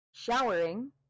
Showering